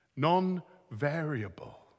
non-variable